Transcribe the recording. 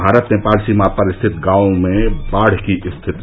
भारत नेपाल सीमा पर स्थित गांवों में बाढ़ की स्थिति